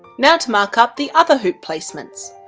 now to mark up the other hoop placements.